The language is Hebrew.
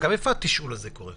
אגב, איפה התשאול הזה קורה?